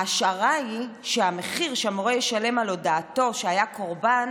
ההשערה היא שהמחיר שהמורה ישלם על הודעתו שהיה קורבן